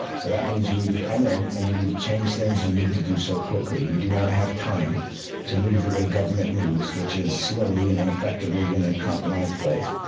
so that means you need to come in and you need to change things, and you need to do so quickly. we do not have time to move the way government moves, which is slowly and ineffectively and in compromised ways.